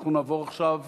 אנחנו נעבור עכשיו